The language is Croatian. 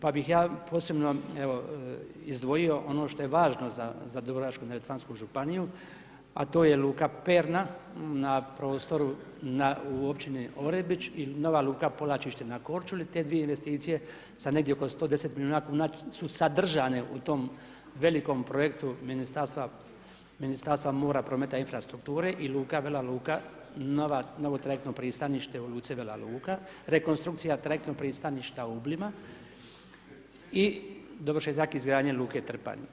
Pa bih ja posebno evo izdvojio ono što je važno za Dubrovačko-neretvansku županiju a to je luka Perna na prostoru u općini Orebić ili nova luka Polačište na Korčuli, te dvije investicije sa negdje oko 110 milijuna kuna su sadržane u tom velikom projektu Ministarstva mora, prometa i infrastrukture i luka, Vela Luka, novo trajektno pristanište u luci Vela Luka, rekonstrukcija trajektnog pristaništa u Ublima i dovršetak izgradnje Luke Trpanj.